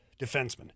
defenseman